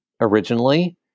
originally